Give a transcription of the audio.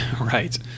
Right